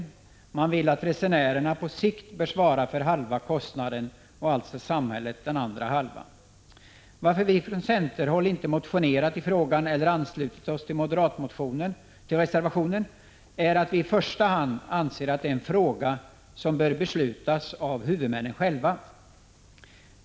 Moderaterna vill att resenärerna på sikt skall svara för halva kostnaden och samhället för den andra halvan. Anledningen till att vi från centerhåll inte har motionerat i ämnet eller anslutit oss till moderatreservationen är att vi anser att detta i första hand är en fråga som bör beslutas av huvudmännen själva.